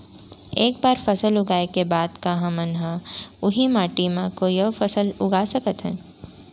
एक बार फसल उगाए के बाद का हमन ह, उही माटी मा कोई अऊ फसल उगा सकथन?